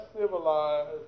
civilized